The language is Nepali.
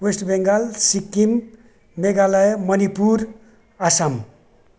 वेस्ट बेङ्गल सिक्किम मेघालय मणिपुर असम